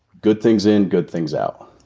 good things in, good things out.